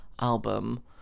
album